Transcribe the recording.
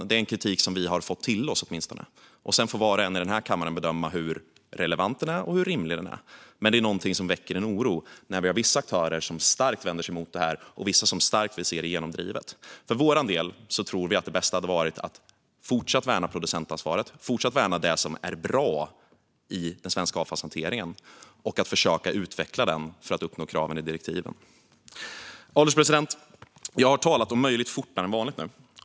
Det är åtminstone en kritik som vi har hört. Sedan får var och en i den här kammaren bedöma hur relevant kritiken är och hur rimlig den är, men det väcker oro när vi har vissa aktörer som starkt vänder sig mot det här och vissa som starkt vill se att det drivs igenom. För vår del tror vi att det bästa hade varit att fortsätta värna producentansvaret, att fortsätta värna det som är bra i den svenska avfallshanteringen och att försöka utveckla den för att uppnå kraven i direktiven. Herr ålderspresident! Jag har talat, om möjligt, fortare än vanligt.